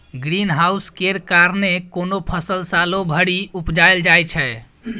green house केर कारणेँ कोनो फसल सालो भरि उपजाएल जाइ छै